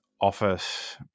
office